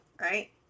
right